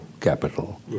capital